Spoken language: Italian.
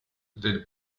del